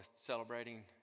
celebrating